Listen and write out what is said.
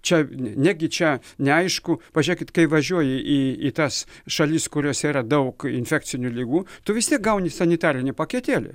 čia negi čia neaišku pažiūrėkit kai važiuoji į į tas šalis kuriose yra daug infekcinių ligų tu vis tiek gauni sanitarinį paketėlį